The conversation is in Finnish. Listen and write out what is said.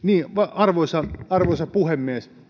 arvoisa arvoisa puhemies